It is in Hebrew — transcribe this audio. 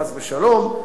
חס ושלום,